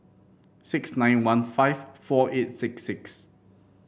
six nine one five four eight six six